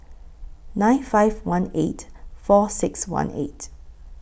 nine five one eight four six one eight